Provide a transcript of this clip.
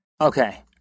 Okay